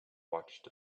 watched